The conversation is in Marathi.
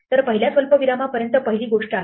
तर पहिल्या स्वल्पविरामापर्यंत पहिली गोष्ट आहे